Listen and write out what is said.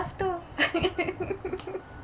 to